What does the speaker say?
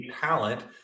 talent